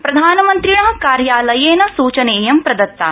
प्रधानमन्त्रिण कार्यालयेन सूचनेयं प्रदत्ता